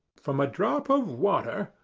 from a drop of water,